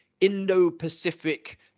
Indo-Pacific